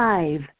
Five